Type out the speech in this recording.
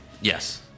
Yes